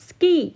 Ski